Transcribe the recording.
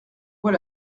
voit